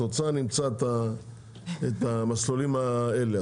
אם את רוצה, אני אמצא את המסלולים האלה.